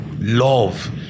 love